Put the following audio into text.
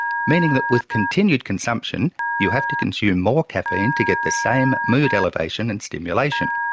meaning that with continued consumption you have to consume more caffeine to get the same mood elevation and stimulation.